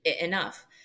enough